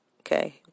Okay